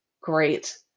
great